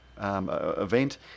event